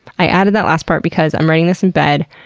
i added that last part because i'm writing this in bed.